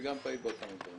אני גם פעיל בעוד כמה דברים.